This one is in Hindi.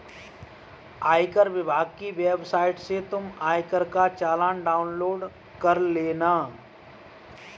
आयकर विभाग की वेबसाइट से तुम आयकर का चालान डाउनलोड कर लेना